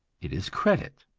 it is credit.